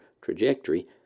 trajectory